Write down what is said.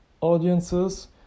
audiences